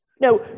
Now